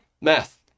Math